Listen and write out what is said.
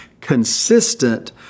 consistent